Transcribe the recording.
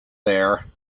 there